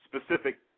specific